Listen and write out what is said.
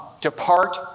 depart